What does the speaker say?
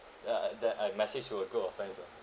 ya ah then I message to a group of friends lah